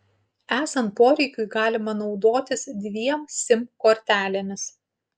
esant poreikiui galima naudotis dviem sim kortelėmis